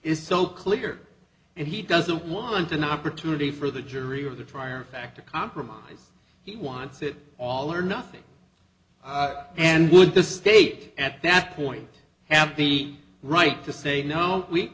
is so clear and he doesn't want an opportunity for the jury or the trier of fact to compromise he wants it all or nothing and would the state at that point have the right to say no we